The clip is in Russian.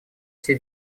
все